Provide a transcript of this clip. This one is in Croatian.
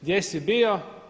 Gdje si bio?